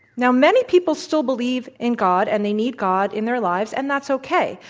now, many people still believe in god, and they need god in their lives, and that's okay.